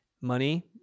Money